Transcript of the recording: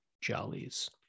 jollies